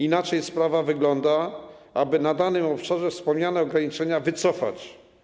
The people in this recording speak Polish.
Inaczej sprawa wygląda, aby na danym obszarze wspomniane ograniczenia wycofać.